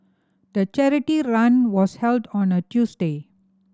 the charity run was held on a Tuesday